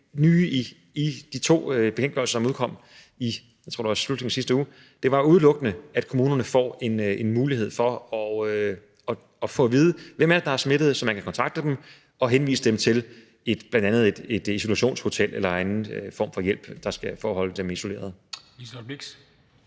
Det nye i de to bekendtgørelser, som udkom i, jeg tror det var slutningen af sidste uge, var udelukkende, at kommunerne får en mulighed for at få at vide, hvem det er, der er smittet, så man kan kontakte dem og henvise dem til bl.a. et isolationshotel eller anden form for hjælp til at holde dem isoleret.